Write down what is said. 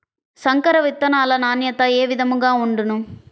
సంకర విత్తనాల నాణ్యత ఏ విధముగా ఉండును?